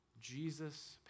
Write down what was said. Jesus